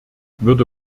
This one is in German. würde